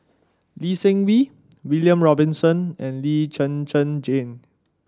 Lee Seng Wee William Robinson and Lee Zhen Zhen Jane